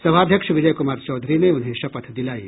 सभा अध्यक्ष विजय कुमार चौधरी ने उन्हें शपथ दिलायी